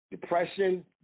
depression